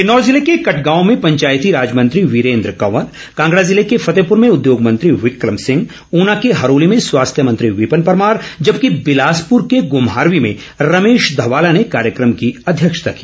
किन्नौर जिले के कटगांव में पंचायती राज मंत्री वीरेन्द्र कंवर कांगड़ा जिले के फतेहपुर में उद्योग मंत्री बिकम सिंह ऊना के हरोली में स्वास्थ्य मंत्री विपिन परमार जबकि बिलासपुर के घुमारवी में रमेश धवाला ने कार्यक्रम की अध्यक्षता की